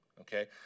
okay